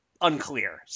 unclear